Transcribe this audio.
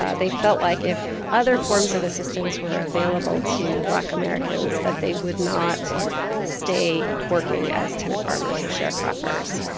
ah they felt like if other forms of assistance were available to black americans that they would not stay working as tenant farmers or sharecroppers.